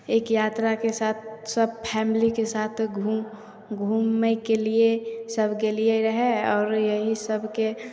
एक यात्राके साथ सब फैमिलीके साथ घूम घूमयके लिए सब गेलियै रहय आओर यही सबके